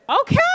Okay